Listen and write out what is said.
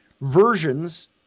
versions